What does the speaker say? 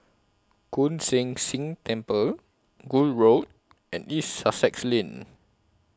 Koon Seng Ting Temple Gul Road and East Sussex Lane